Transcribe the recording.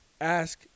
ask